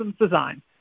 Design